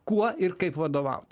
kuo ir kaip vadovaut